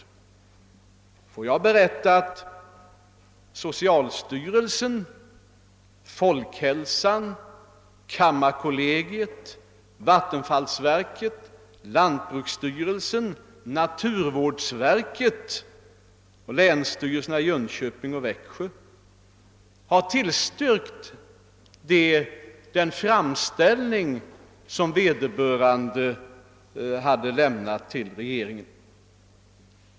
Jag kan för min del redovisa att socialstyrelsen, Folkhälsan, kammarkollegiet, vattenfallsverket, lantbruksstyrelsen, naturvårdsverket och länsstyrelserna har tillstyrkt den framställning som inlämnats till regeringen, länsstyrelserna i Jönköpings och Kronobergs län visserligen i andra hand.